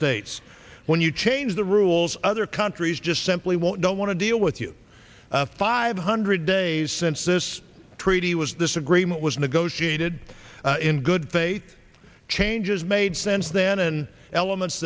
states when you change the rules other countries just simply won't don't want to deal with you five hundred days since this treaty was this agreement was negotiated in good faith changes made sense then and elements